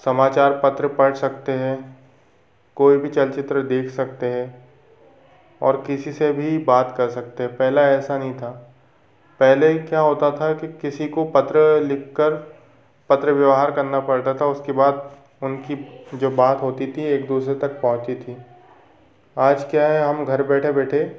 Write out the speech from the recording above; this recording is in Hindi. समाचार पत्र पढ़ सकते हैं कोई भी चलचित्र देख सकते हैं और किसी से भी बात कर सकते पहला ऐसा नहीं था पहले क्या होता था कि किसी को पत्र लिखकर पत्र व्यवहार करना पड़ता था उसके बाद उनकी जब बात होती थी एक दूसरे तक पहुँचती थी आज क्या है हम घर बैठे बैठे